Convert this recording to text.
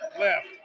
left